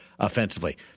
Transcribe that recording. Offensively